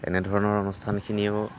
এনেধৰণৰ অনুষ্ঠানখিনিও